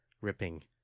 ripping